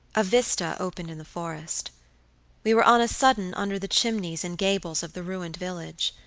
a vista opened in the forest we were on a sudden under the chimneys and gables of the ruined village,